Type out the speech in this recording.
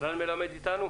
מלמד, איתנו?